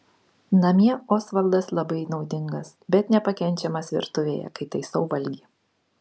namie osvaldas labai naudingas bet nepakenčiamas virtuvėje kai taisau valgį